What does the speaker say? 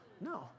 No